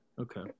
Okay